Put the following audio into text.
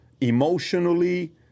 emotionally